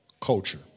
culture